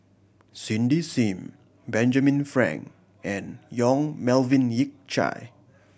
Cindy Sim Benjamin Frank and Yong Melvin Yik Chye